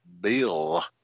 bill